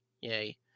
Yay